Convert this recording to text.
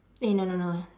eh no no no